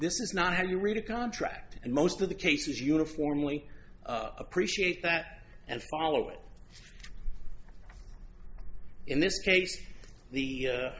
this is not how you read a contract and most of the cases uniformly appreciate that and follow it in this case the